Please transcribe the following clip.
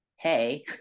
Hey